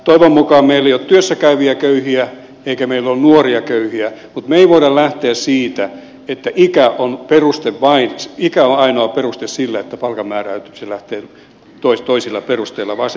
toivon mukaan meillä ei ole työssä käyviä köyhiä eikä meillä ole nuoria köyhiä mutta me emme voi lähteä siitä että ikä on ainoa peruste sille että palkan määräytyminen lähtee toisilla perusteilla vaan sen pitää olla se työn vaativuus